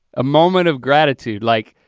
a moment of gratitude, like,